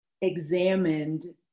examined